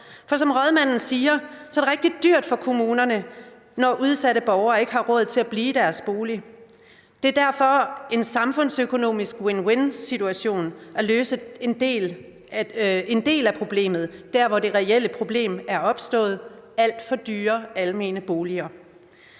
for som rådmanden siger, er det rigtig dyrt for kommunerne, når udsatte borgere ikke har råd til at blive i deres bolig. Det er derfor en samfundsøkonomisk win-win-situation at løse en del af problemet der, hvor det reelle problem er opstået. Og problemet er alt for dyre almene boliger.